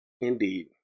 indeed